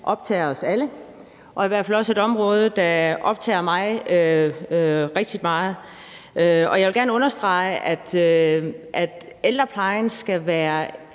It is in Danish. optager os alle, og i hvert fald også et område, der optager mig rigtig meget. Jeg vil gerne understrege, at ældreplejen er